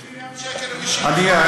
50 מיליארד שקל הוא השאיר גירעון.